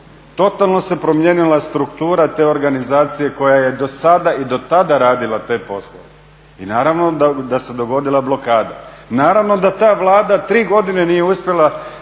Totalno se promijenila struktura te organizacije koja je dosada i dotada radila te poslove i naravno da se dogodila blokada. Naravno da ta Vlada tri godine nije uspjela